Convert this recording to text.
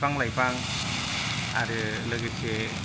फिफां लाइफां आरो लोगोसे